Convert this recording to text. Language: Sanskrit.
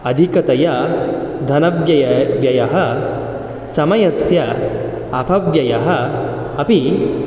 अधिकतया धनव्यय व्ययः समयस्य अपव्ययः अपि